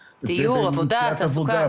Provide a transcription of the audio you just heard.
עו"ד נורית הרצמן, בבקשה.